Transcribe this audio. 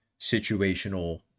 situational